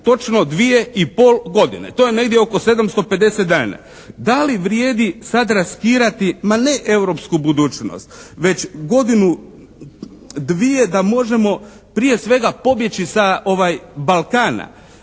točno dvije i pol godine. To je negdje oko 750 dana. Da li vrijedi sad riskirati, ma ne europsku budućnost već godinu, dvije da možemo prije svega pobjeći sa Balkana?